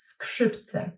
Skrzypce